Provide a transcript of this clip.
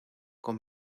con